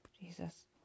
Jesus